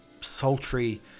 sultry